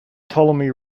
ptolemy